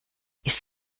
ist